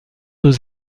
aux